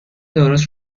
درست